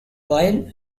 while